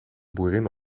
boerin